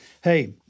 Hey